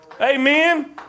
amen